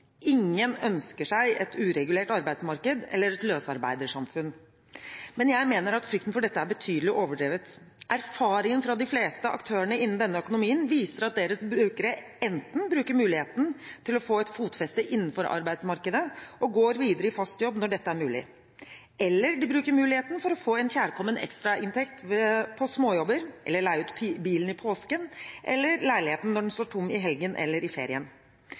Ingen ønsker seg et uregulert arbeidsmarked eller et løsarbeidersamfunn, men jeg mener at frykten for dette er betydelig overdrevet. Erfaringen fra de fleste aktørene innen denne økonomien viser at deres brukere enten bruker muligheten til å få en fot innenfor arbeidsmarkedet – og går videre i fast jobb når dette er mulig – eller de bruker muligheten til å få en kjærkommen ekstrainntekt av småjobber eller av å leie ut bilen i påsken eller leiligheten når den står tom i helgen eller i ferien.